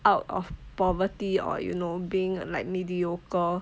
out of poverty or you know being like mediocre